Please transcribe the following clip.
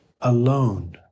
alone